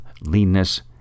leanness